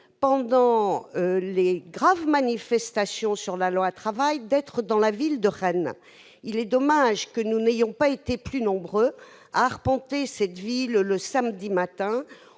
pendant les graves manifestations contre la loi Travail de me trouver à Rennes. Il est dommage que nous n'ayons pas été plus nombreux à arpenter cette ville le samedi matin.